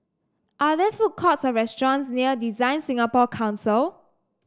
are there food courts or restaurants near DesignSingapore Council